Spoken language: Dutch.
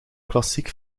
klassiek